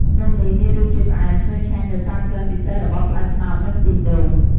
នំនេះមានរសជាតិផ្អែម ឈ្ងុយឆ្ងាញ់ដោយសារក្លិនពិសេសរបស់ផ្លែត្នោត និងខ្ទិះដូង។